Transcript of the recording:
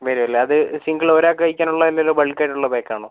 വരും അല്ലേ അത് സിംഗിള് ഒരാൾക്ക് കഴിക്കാൻ ഉള്ളതല്ലല്ലോ ബൾക്ക് ആയിട്ട് ഉള്ള പാക്ക് ആണോ